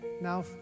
Now